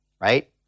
right